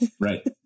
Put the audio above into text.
Right